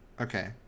Okay